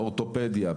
אורתופדיה,